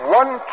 one